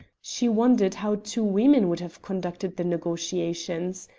she wondered how two women would have conducted the negotiations.